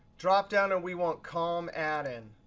dropdown, and we want com and and